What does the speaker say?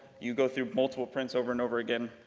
you go through multiple prints over and over again,